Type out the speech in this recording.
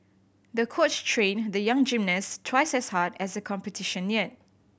the coach trained the young gymnast twice as hard as the competition neared